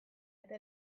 eta